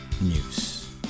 news